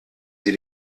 sie